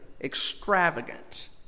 extravagant